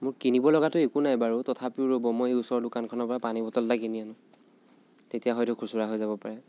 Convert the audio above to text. মোৰ কিনিব লগাতো একো নাই বাৰু তথাপিও ৰ'ব মই ওচৰৰ দোকানখনৰ পৰা পানী বটল এটা কিনি আনো তেতিয়া হয়তো খুচুৰা হৈ যাব পাৰে